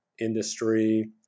industry